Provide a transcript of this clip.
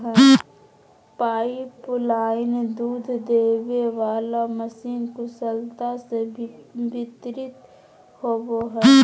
pipeline दूध देबे वाला मशीन कुशलता से वितरित होबो हइ